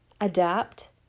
adapt